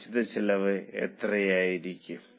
നിശ്ചിത ചെലവ് എത്രയായിരിക്കും